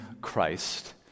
Christ